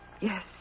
Yes